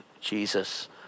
Jesus